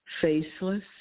faceless